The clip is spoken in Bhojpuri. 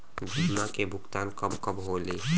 बीमा के भुगतान कब कब होले?